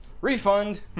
Refund